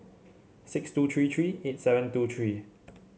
six two three three eight seven two three